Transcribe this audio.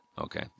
Okay